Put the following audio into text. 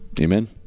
Amen